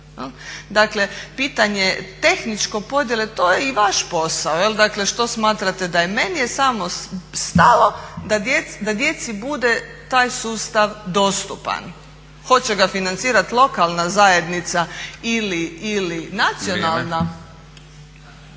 Dakle pitanje tehničke podjele, to je i vaš posao, dakle što smatrate da je, meni je samo stalo da djeci bude taj sustav dostupan. Hoće ga financirati lokalna zajednica ili nacionalna.